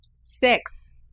Six